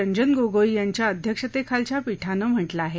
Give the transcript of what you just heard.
रंजन गोगोई यांच्या अध्यक्षतेखालच्या पीठांन म्हटलं आहे